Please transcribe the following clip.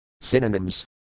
Synonyms